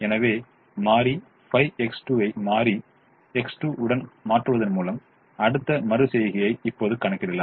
எனவே மாறி 5X2 ஐ மாறி X2 உடன் மாற்றுவதன் மூலம் அடுத்த மறு செய்கையை இப்போது கணக்கிடலாம்